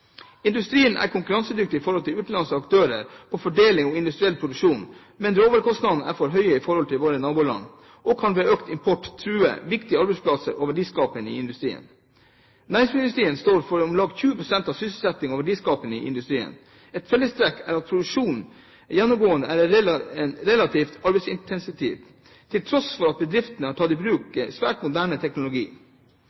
Industrien er konkurransedyktig i forhold til utenlandske aktører når det gjelder foredling og industriell produksjon, men råvarekostnadene er for høye i forhold til i våre naboland og kan ved økt import true viktige arbeidsplasser og verdiskaping i industrien. Næringsmiddelindustrien står for om lag 20 pst. av sysselsettingen og verdiskapingen i industrien. Et felles trekk er at produksjonen gjennomgående er arbeidsintensiv, til tross for at bedriftene har tatt i bruk